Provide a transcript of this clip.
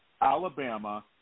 Alabama